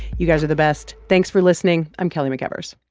you guys are the best. thanks for listening. i'm kelly mcevers